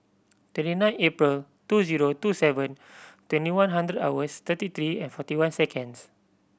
twenty nine April two zero two seven twenty one hundred hours thirty three and forty one seconds